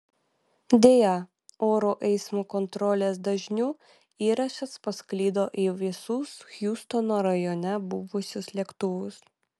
deja oro eismo kontrolės dažniu įrašas pasklido į visus hjustono rajone buvusius lėktuvus